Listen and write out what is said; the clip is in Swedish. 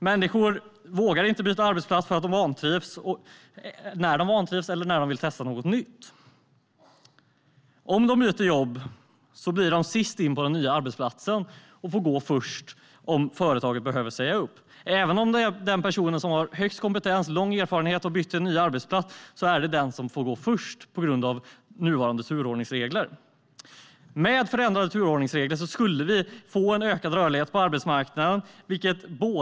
Människor vågar inte byta arbetsplats när de vantrivs eller när de vill testa något nytt. Om man byter jobb blir man sist in på den nya arbetsplatsen och blir den första som får gå om företaget måste säga upp folk. Även om man har högst kompetens och lång yrkeserfarenhet får man gå först på grund av dagens turordningsregler. Med förändrade turordningsregler skulle vi få ökad rörlighet på arbetsmarknaden.